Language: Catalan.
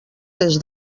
des